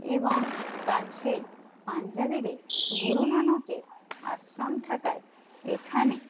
এবং কাছেই পাঞ্জাবিদের গুরুনানকের আশ্রম থাকায় এখানে